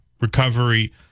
recovery